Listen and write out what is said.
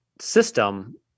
system